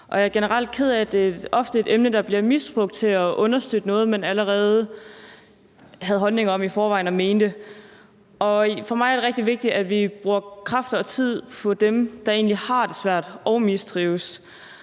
jeg er generelt ked af, at det ofte er et emne, der bliver misbrugt til at understøtte noget, man allerede havde en holdning om. For mig er det rigtig vigtigt, at vi bruger kræfter og tid på dem, der egentlig har det svært og mistrives,